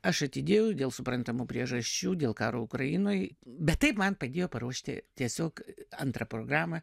aš atidėjau dėl suprantamų priežasčių dėl karo ukrainoj bet taip man padėjo paruošti tiesiog antrą programą